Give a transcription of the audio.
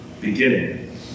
beginning